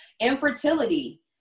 infertility